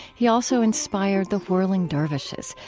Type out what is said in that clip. he also inspired the whirling dervishes,